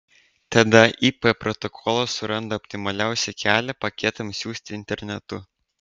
tada ip protokolas suranda optimaliausią kelią paketams siųsti internetu